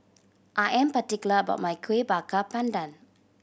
I am particular about my Kueh Bakar Pandan